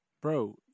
bro